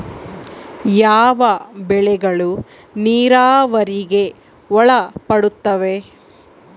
ಯಾವ ಬೆಳೆಗಳು ನೇರಾವರಿಗೆ ಒಳಪಡುತ್ತವೆ?